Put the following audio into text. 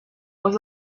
was